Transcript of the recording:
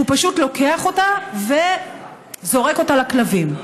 הוא פשוט לוקח אותה וזורק אותה לכלבים.